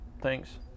thanks